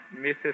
Mrs